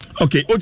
Okay